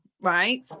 right